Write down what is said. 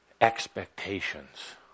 expectations